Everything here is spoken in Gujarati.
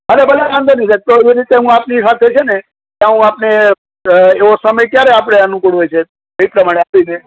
ભલે ભલે વાંધો નહીં સાહેબ તો એવી રીતે હુ આપની સાથે છે ને ત્યાં હું આપને એવો સમય ક્યારે આપણે અનુકૂળ હોય છે તો એ પ્રમાણે આપીને